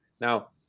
Now